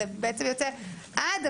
זה בעצם יוצא עד,